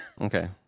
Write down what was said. Okay